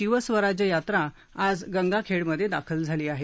शिवस्वराज्य यात्रा आज गंगाखेडमध्ये दाखल झाली आहे